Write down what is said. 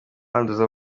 banduza